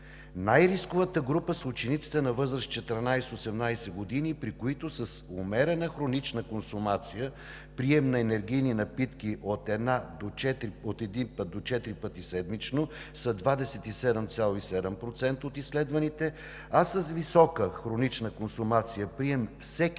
Най-рисковата група са учениците на възраст 14 – 18 години, при които с умерена хронична консумация – прием на енергийни напитки от един до четири пъти седмично, са 27,7% от изследваните, а с висока хронична консумация – прием всеки